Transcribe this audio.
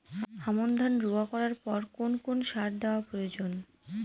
আমন ধান রোয়া করার পর কোন কোন সার দেওয়া প্রয়োজন?